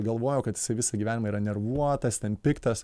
galvojo kad jisai visą gyvenimą yra nervuotas ten piktas